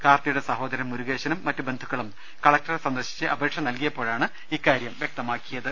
കാർത്തിയുടെ സഹോദരൻ മുരുകേശനും മറ്റ് ബന്ധുക്കളും കളക്ടറെ സന്ദർശിച്ച് അപേക്ഷ നൽകിയപ്പോഴാണ് ഇക്കാര്യം വ്യക്തമാക്കിയത്